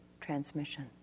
transmission